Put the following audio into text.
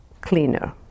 cleaner